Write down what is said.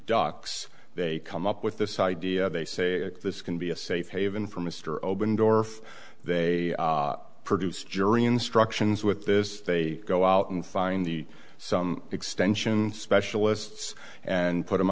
docs they come up with this idea they say this can be a safe haven for mr open door if they produce jury instructions with this they go out and find the some extension specialists and put